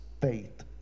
faith